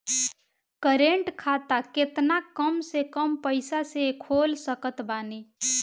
Current खाता केतना कम से कम पईसा से खोल सकत बानी?